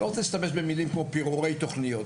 אני לא רוצה להשתמש במילים כמו "פירורי תכניות".